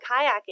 kayaking